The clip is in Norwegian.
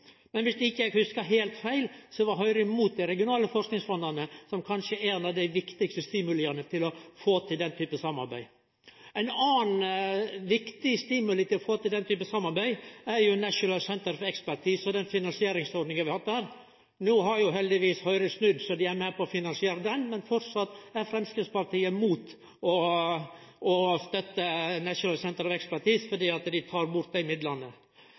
Men viss ikkje eg hugsar heilt feil, var Høgre imot dei regionale forskingsfonda, som kanskje er ein av dei viktigaste stimuliane for å få til den typen samarbeid. Ein annan viktig stimulus for å få til den typen samarbeid, er Norwegian Centres of Expertise og den finansieringsordninga vi har hatt der. No har heldigvis Høgre snudd, så dei er med på å finansiere det, men Framstegspartiet er framleis mot å støtte Norwegian Centres of Expertise og tar bort dei midlane.